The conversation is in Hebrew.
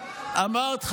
אמרת,